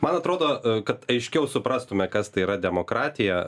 man atrodo kad aiškiau suprastume kas tai yra demokratija